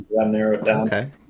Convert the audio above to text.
Okay